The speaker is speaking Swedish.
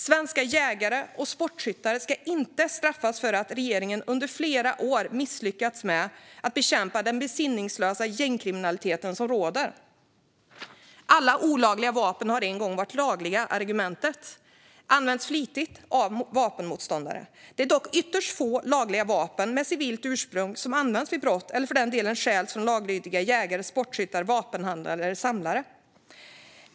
Svenska jägare och sportskyttar ska inte straffas för att regeringen under flera år har misslyckats med att bekämpa den besinningslösa gängkriminaliteten. Argumentet att alla olagliga vapen en gång har varit lagliga används flitigt av vapenmotståndare. Det är dock ytterst få lagliga vapen med civilt ursprung som används vid brott eller för den delen stjäls från laglydiga jägare, sportskyttar, vapenhandlare eller samlare.